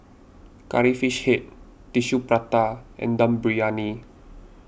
Curry Fish Head Tissue Prata and Dum Briyani